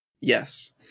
Yes